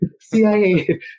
CIA